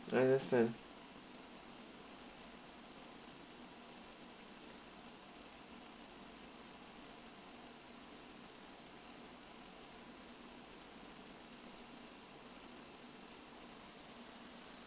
I understand